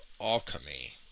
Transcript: alchemy